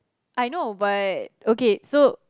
I know but okay so